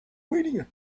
waiting